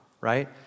right